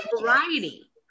variety